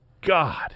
God